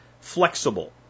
flexible